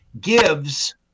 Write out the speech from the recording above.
gives